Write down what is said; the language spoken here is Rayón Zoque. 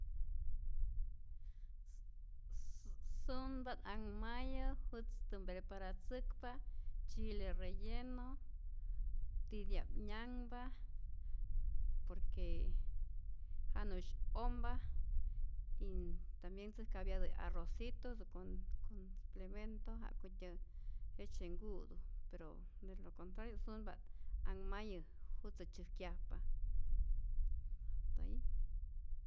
Sunpa't anhmayä jutztä mpreparatzäkpa chile relleno, titya'p nyanhpa por que janu'sy ompa, y tambien tzäjkapyatä arrocito con con complemento ja'kutyä jejtzye nku'tu, pero de lo contrario sunpa't anhmayä jutzä tzyäjkyajpa, hasta ahi.